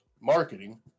marketing